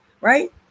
right